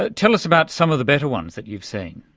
ah tell us about some of the better ones that you've seen.